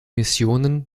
missionen